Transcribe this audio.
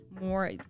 more